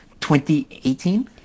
2018